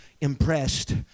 impressed